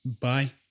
Bye